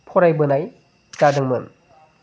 फरायबोनाय जादोंमोन